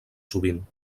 sovint